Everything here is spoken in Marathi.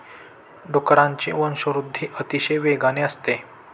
डुकरांची वंशवृद्धि अतिशय वेगवान असते